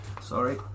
Sorry